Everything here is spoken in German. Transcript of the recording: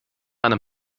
einem